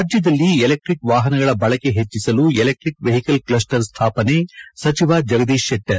ರಾಜ್ಯದಲ್ಲಿ ಎಲೆಕ್ಟಿಕ್ ವಾಹನಗಳ ಬಳಕೆ ಹೆಚ್ಚಿಸಲು ಎಲೆಕ್ಟಿಕ್ ವೆಹಿಕಲ್ ಕ್ಷಸ್ಸರ್ ಸ್ಥಾಪನೆ ಸಚಿವ ಜಗದೀತ್ ಶೆಟ್ಟರ್